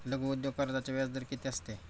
लघु उद्योग कर्जाचे व्याजदर किती असते?